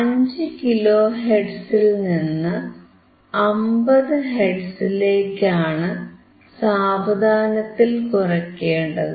5 kilo ഹെർട്സിൽനിന്ന് 50 ഹെർട്സിലേക്കാണ് സാവധാനത്തിൽ കുറയ്ക്കേണ്ടത്